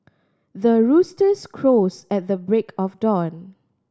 the roosters crows at the break of dawn